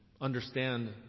understand